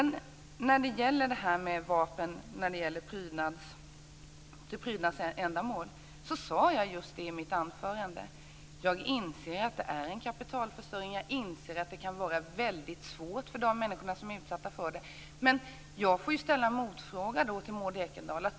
När det gäller vapen för prydnadsändamål sade jag i mitt anförande att jag inser att det är en kapitalförstöring och att kan vara väldigt svårt för de människor som blir utsatta för det. Men jag måste ställa en motfråga till Maud Ekendahl.